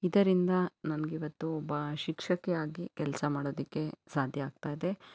ಇದರಿಂದ ನನ್ಗೆ ಇವತ್ತು ಒಬ್ಬ ಶಿಕ್ಷಕಿ ಆಗಿ ಕೆಲಸ ಮಾಡೋದಕ್ಕೆ ಸಾಧ್ಯ ಆಗ್ತಾ ಇದೆ